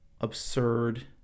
absurd